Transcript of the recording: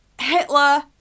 Hitler